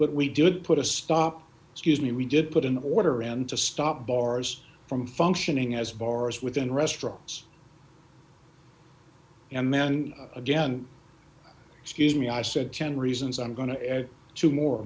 but we did put a stop excuse me and we did put in order and to stop bars from functioning as far as within restaurants and then again excuse me i said ten reasons i'm going to two more